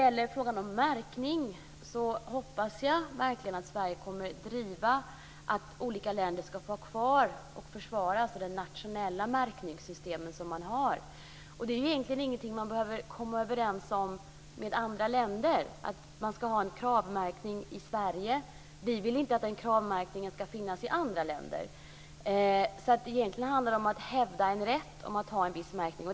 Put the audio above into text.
I frågan om märkning hoppas jag verkligen att Sverige driver kravet på att olika länder ska få ha kvar och försvara de nationella märkningssystemen. Egentligen behöver man inte komma överens med andra länder om en Kravmärkning i Sverige. Vi vill ju inte att den Kravmärkningen ska finnas i andra länder, så egentligen handlar det om att hävda rätten att ha en viss märkning.